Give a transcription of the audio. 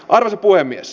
arvoisa puhemies